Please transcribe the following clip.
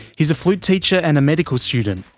he's a flute teacher and a medical student.